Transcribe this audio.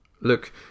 Look